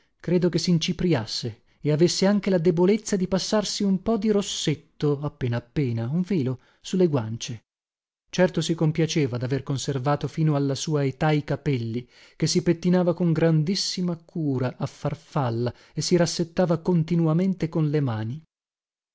credo che sincipriasse e avesse anche la debolezza di passarsi un po di rossetto appena appena un velo su le guance certo si compiaceva daver conservato fino alla sua età i capelli che si pettinava con grandissima cura a farfalla e si rassettava continuamente con le mani